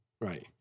Right